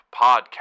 Podcast